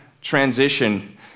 transition